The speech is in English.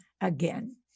again